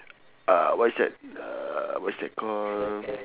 uh what is that uh what is that call